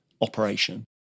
operation